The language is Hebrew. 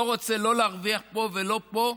לא רוצה להרוויח לא פה ולא פה.